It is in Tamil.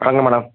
வாங்க மேடம்